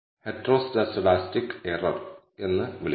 ഈ രണ്ട് പദങ്ങളും sβ̂1 sβ̂0 എന്നിവയെ പ്രതിനിധീകരിക്കുന്നു